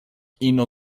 ino